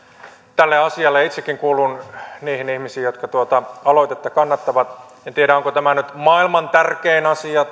tälle asialle itsekin kuulun niihin ihmisiin jotka tuota aloitetta kannattavat en tiedä onko tämä nyt maailman tärkein asia